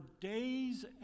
days